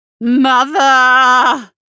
Mother